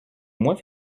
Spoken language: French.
moi